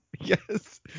yes